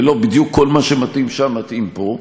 ולא בדיוק כל מה שמתאים שם מתאים פה.